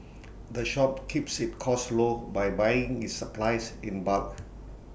the shop keeps its costs low by buying its supplies in bulk